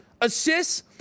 assists